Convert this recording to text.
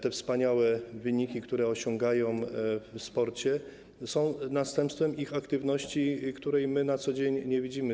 Te wspaniałe wyniki, które osiągają w sporcie, są następstwem ich aktywności, której my na co dzień nie widzimy.